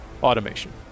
Automation